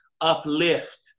uplift